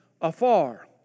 afar